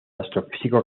astrofísico